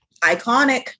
Iconic